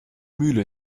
mühle